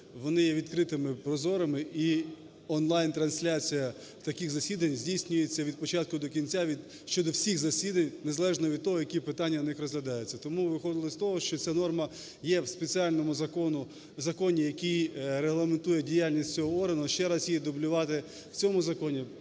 вони є відкритими, прозорими і онлайн-трансляція таких засідань здійснюється від початку до кінця щодо всіх засідань, незалежно від того, які питання на них розглядаються. Тому виходили з того, що ця норма є в спеціальному законі, який регламентує діяльність цього органу. Ще раз її дублювати в цьому законі,